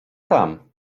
tam